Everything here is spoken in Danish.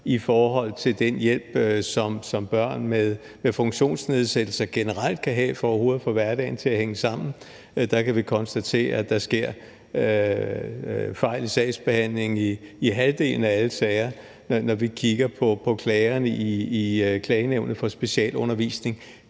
i forhold til den hjælp, som børnene med funktionsnedsættelse generelt kan få for overhovedet at få hverdagen til at hænge sammen – sker fejl i sagsbehandlingen i halvdelen af alle sager. Når vi kigger på klagerne i Klagenævnet for Specialundervisning